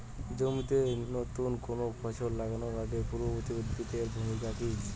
জমিতে নুতন কোনো ফসল লাগানোর আগে পূর্ববর্তী উদ্ভিদ এর ভূমিকা কি?